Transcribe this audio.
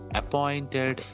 appointed